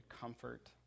comfort